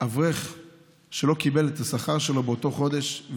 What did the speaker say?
אברך שלא קיבל את השכר שלו באותו חודש,